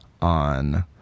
on